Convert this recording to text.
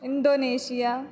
Indonesia